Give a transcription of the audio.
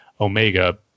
Omega